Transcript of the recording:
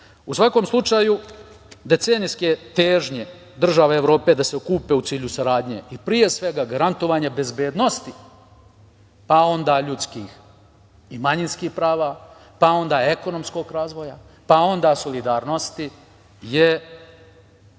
svakom slučaju, decenijske težnje država Evrope da se okupe u cilju saradnje i, pre svega, garantovanja bezbednosti, pa onda ljudskih i manjinskih prava, pa onda ekonomskog razvoja, pa onda solidarnosti, je